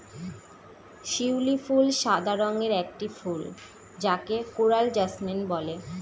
শিউলি ফুল সাদা রঙের একটি ফুল যাকে কোরাল জাসমিন বলে